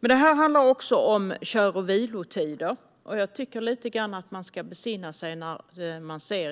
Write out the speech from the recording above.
Det handlar också om kör och vilotider, och